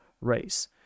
race